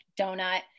donut